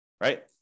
Right